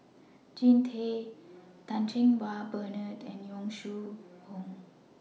Jean Tay Chan Cheng Wah Bernard and Yong Shu Hoong